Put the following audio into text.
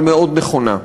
אבל מאוד נכונה: